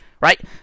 Right